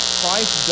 Christ